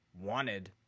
wanted